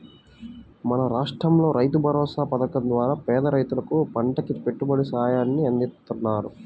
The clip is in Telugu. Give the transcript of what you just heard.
మన రాష్టంలో రైతుభరోసా పథకం ద్వారా పేద రైతులకు పంటకి పెట్టుబడి సాయాన్ని అందిత్తన్నారు